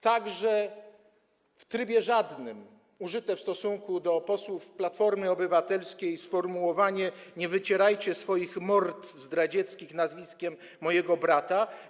Także w trybie żadnym użyte w stosunku do posłów Platformy Obywatelskiej sformułowanie: „Nie wycierajcie swoich mord zdradzieckich nazwiskiem mojego brata.